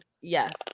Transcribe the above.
Yes